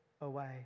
away